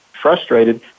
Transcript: frustrated